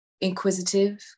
inquisitive